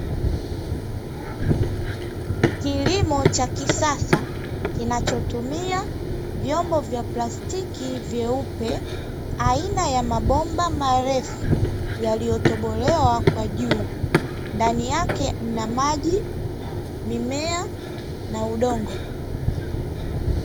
Kilimo cha kisasa kinachotumia vyombo vya plastiki vyeupe, aina ya mabomba marefu yaliyotobolewa kwa juu, ndani yake mna maji, mimea na udongo.